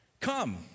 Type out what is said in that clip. come